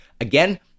Again